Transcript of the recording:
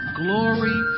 glory